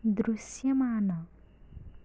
దృశ్యమాన